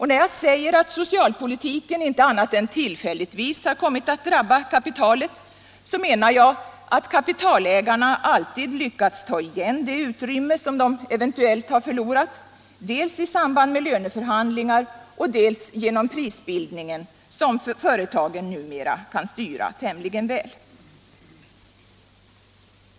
När jag säger att socialpolitiken inte annat än tillfälligtvis har kommit att drabba kapitalet menar jag att kapitalägarna alltid lyckats ta igen det utrymme som de eventuellt förlorat — dels i samband med löneförhandlingarna, dels genom prisbildningen som företagen numera kan styra tämligen väl.